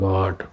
God